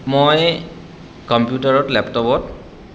মই কম্পিউটাৰত লেপটপত